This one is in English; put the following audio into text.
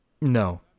no